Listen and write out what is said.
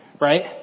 Right